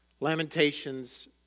Lamentations